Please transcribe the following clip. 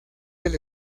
del